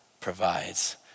provides